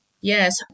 Yes